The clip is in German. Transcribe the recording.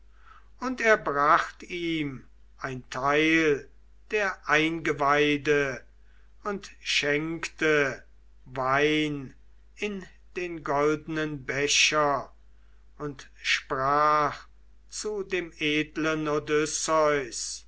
und er bracht ihm ein teil der eingeweide und schenkte wein in den goldenen becher und sprach zu dem edlen